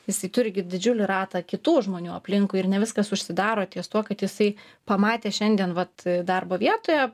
jisai turi gi didžiulį ratą kitų žmonių aplinkui ir ne viskas užsidaro ties tuo kad jisai pamatė šiandien vat darbo vietoje